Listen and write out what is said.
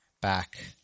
back